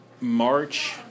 March